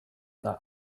that